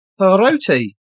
Paroti